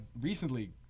recently